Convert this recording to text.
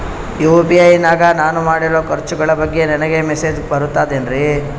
UPI ನಾಗ ನಾನು ಮಾಡಿರೋ ಖರ್ಚುಗಳ ಬಗ್ಗೆ ನನಗೆ ಮೆಸೇಜ್ ಬರುತ್ತಾವೇನ್ರಿ?